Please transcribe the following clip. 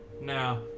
Now